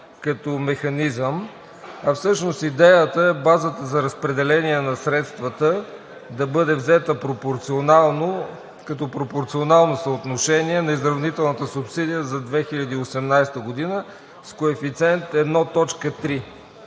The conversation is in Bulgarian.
като механизъм, а всъщност идеята е базата за разпределение на средствата да бъде взета като пропорционално съотношение на изравнителната субсидия за 2018 г. с коефициент 1,3.